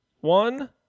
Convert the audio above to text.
one